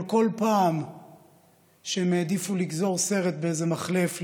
כל פעם שהם העדיפו לגזור סרט באיזה מחלף,